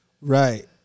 Right